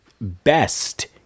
best